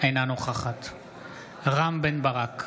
אינה נוכחת רם בן ברק,